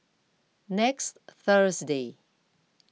next Thursday